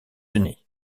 unis